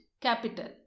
Capital